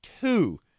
two